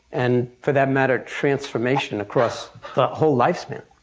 and for that matter, transformation across the whole lifespan